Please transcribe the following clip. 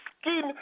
skin